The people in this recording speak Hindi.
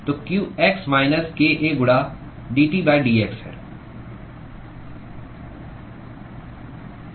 तो qx माइनस k A गुणा dT dx है